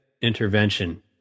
intervention